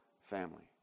family